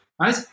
Right